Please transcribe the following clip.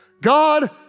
God